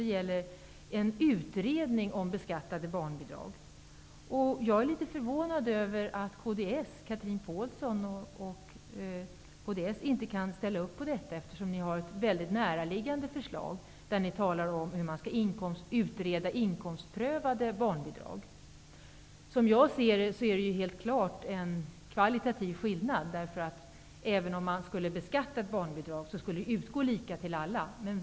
Det gäller en utredning om beskattade barnbidrag. Jag är litet förvånad över att Chatrine Pålsson och kds inte kan ställa upp på detta, eftersom ni har ett mycket näraliggande förslag där ni talar om hur man skall utreda inkomstprövade barnbidrag. Som jag ser det är det helt klart en kvalitativ skillnad. Även om man skulle beskatta ett barnbidrag skulle det utgå lika till alla.